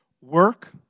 Work